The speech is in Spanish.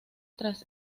tras